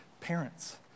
parents